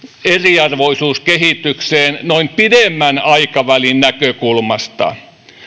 eriarvoisuuskehitykseen noin pidemmän aikavälin näkökulmasta